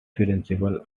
principle